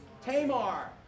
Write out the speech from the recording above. Tamar